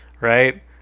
right